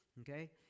Okay